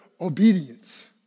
obedience